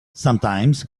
sometimes